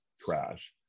trash